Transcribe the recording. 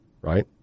right